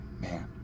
man